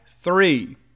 three